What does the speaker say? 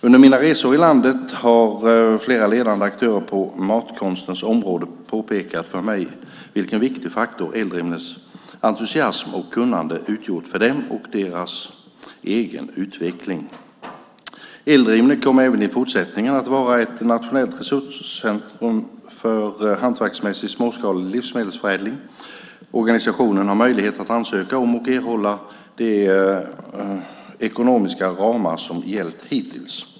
Under mina resor i landet har flera ledande aktörer på matkonstens område påpekat för mig vilken viktig faktor Eldrimners entusiasm och kunnande har utgjort för dem och deras egen utveckling. Eldrimner kommer även i fortsättningen att vara ett nationellt resurscentrum för hantverksmässig småskalig livsmedelsförädling. Organisationen har möjlighet att ansöka om och erhålla de ekonomiska ramar som har gällt hittills.